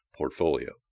portfolio